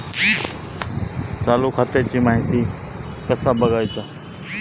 चालू खात्याची माहिती कसा बगायचा?